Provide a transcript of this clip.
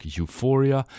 euphoria